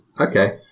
Okay